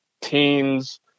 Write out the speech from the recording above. teens